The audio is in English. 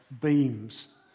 beams